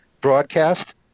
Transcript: broadcast